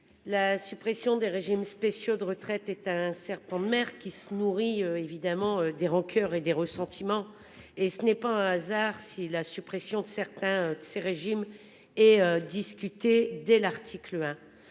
La suppression des régimes spéciaux de retraite est un serpent de mer qui se nourrit évidemment des rancoeurs et des ressentiments et ce n'est pas un hasard si la suppression de certains de ces régimes et discuter dès l'article 1.